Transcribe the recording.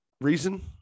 reason